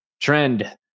trend